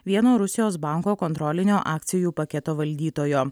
vieno rusijos banko kontrolinio akcijų paketo valdytojo